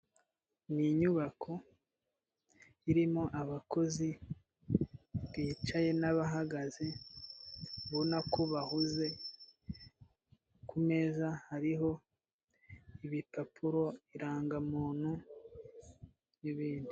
Ni inyubako, irimo abakozi, bicaye n'abahagaze, ubona ko bahuze, ku meza hariho, ibipapuro irangamuntu n'ibindi.